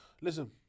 Listen